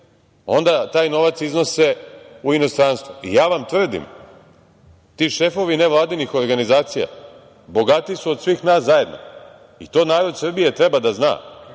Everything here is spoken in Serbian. onda taj novac iznose u inostranstvo. Tvrdim vam, ti šefovi nevladinih organizacija bogatiji su od svih nas zajedno. To narod Srbije treba da zna.